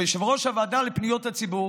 כיושב-ראש הוועדה לפניות הציבור